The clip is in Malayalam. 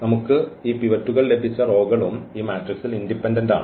നമുക്ക് ഈ പിവറ്റുകൾ ലഭിച്ച റോകളും ഈ മാട്രിക്സിൽ ഇൻഡിപെൻഡൻഡ് ആണ്